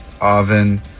oven